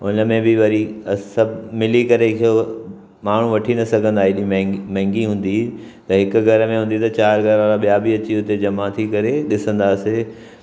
हुनमें बि वरी सभु मिली करे थियो माण्हू वठी न सघंदा एॾी माहंगी माहंगी हूंदी हुई त हिकु घर में हूंदी हुई त चारि घरवारा ॿिया बि हुते जमा थी करे ॾिसंदासीं